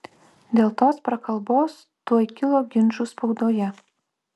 dėl tos prakalbos tuoj kilo ginčų spaudoje